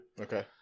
Okay